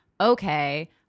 okay